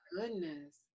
goodness